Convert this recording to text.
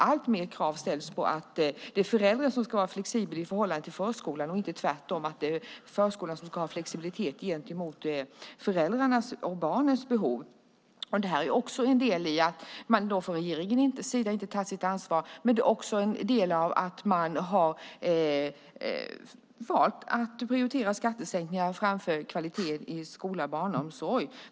Allt fler krav ställs på att det är föräldrarna som ska vara flexibla i förhållande till förskolan och inte tvärtom, att förskolan ska vara flexibel utifrån föräldrarnas och barnens behov. Det är en del i att regeringen inte tar sitt ansvar, men också att man har valt att prioritera skattesänkningar framför kvaliteten i skola och barnomsorg.